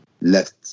left